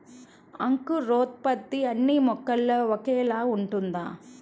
అంకురోత్పత్తి అన్నీ మొక్కల్లో ఒకేలా ఉంటుందా?